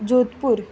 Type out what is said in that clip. Jodhpur